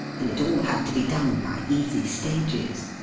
and it all had to be done by easy stages.